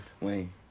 Wayne